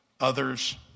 Others